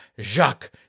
Jacques